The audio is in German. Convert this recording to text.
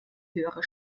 höhere